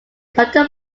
cotton